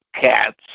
cats